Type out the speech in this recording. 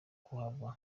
kuhava